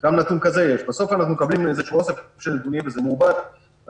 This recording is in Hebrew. אנחנו מעבירים את הנתונים לראש הרשות,